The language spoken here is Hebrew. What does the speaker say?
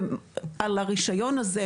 ועל הרישיון הזה,